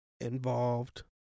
involved